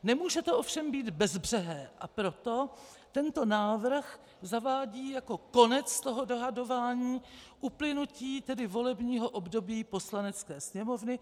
Nemůže to ovšem být bezbřehé, a proto návrh zavádí jako konec toho dohadování uplynutí volebního období Poslanecké sněmovny.